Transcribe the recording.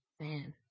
Man